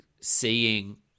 seeing